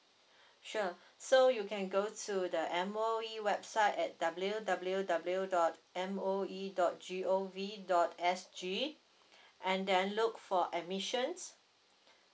sure so you can go to the M_O_E website at W W W dot M O E dot G O V dot S G and then look for admissions